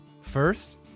First